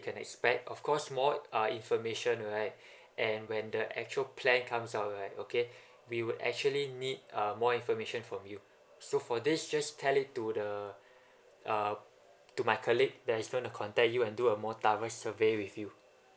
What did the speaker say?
you can expect of course more uh information right and when the actual plan comes out right okay we would actually need um more information from you so for this just tell it to the um to my colleague that is gonna contact you and do a more thorough survey with you